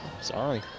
Sorry